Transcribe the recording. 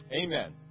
Amen